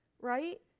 right